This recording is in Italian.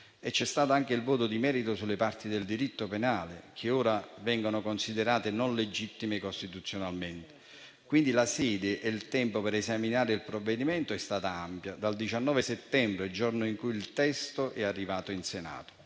C'è stato poi il voto di merito sulle parti relative al diritto penale, che ora vengono considerate non legittime costituzionalmente. La sede e il tempo per esaminare il provvedimento sono stati ampi, dal 19 settembre, giorno in cui il testo è arrivato in Senato.